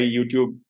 YouTube